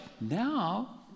Now